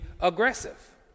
aggressive